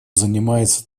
занимается